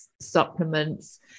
supplements